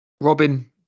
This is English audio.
Robin